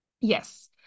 Yes